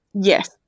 Yes